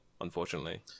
unfortunately